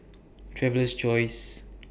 Traveler's Choice